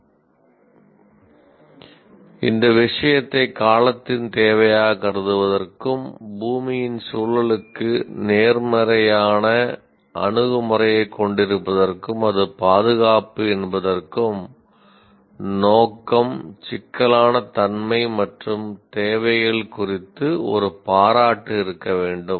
'இந்த விஷயத்தை காலத்தின் தேவையாகக் கருதுவதற்கும் பூமியின் சூழலுக்கு நேர்மறையான அணுகுமுறையைக் கொண்டிருப்பதற்கும் அது பாதுகாப்பு என்பதற்கும் நோக்கம் சிக்கலான தன்மை மற்றும் தேவைகள் குறித்து ஒரு பாராட்டு இருக்க வேண்டும்